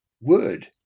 word